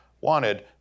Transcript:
wanted